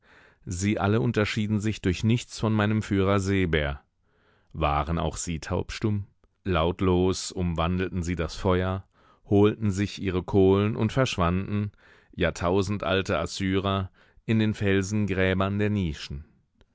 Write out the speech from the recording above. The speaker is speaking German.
sie alle unterschieden sich durch nichts von meinem führer seebär waren auch sie taubstumm lautlos umwandelten sie das feuer holten sich ihre kohlen und verschwanden jahrtausendalte assyrer in den felsengräbern der nischen